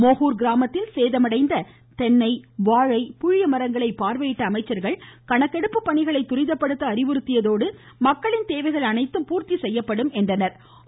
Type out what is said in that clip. மோகூர் கிராமத்தில் சேதமடைந்த தென்னை வாழை புளியமரங்களை பார்வையிட்ட அமைச்சர்கள் கணக்கெடுப்பு பணிகளை துரிதப்படுத்த அறிவுறுத்தியதோடு மக்களின் தேவைகள் அனைத்தும் பூர்த்தி செய்யப்படும் என்று உறுதியளித்தனர்